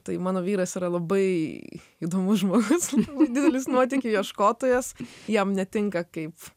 tai mano vyras yra labai įdomus žmogus didelis nuotykių ieškotojas jam netinka kaip